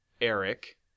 Eric